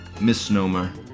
misnomer